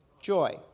Joy